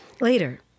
Later